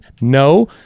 No